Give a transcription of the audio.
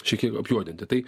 šikiek apjuodinti tai